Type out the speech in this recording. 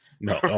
no